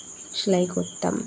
সেলাই করতাম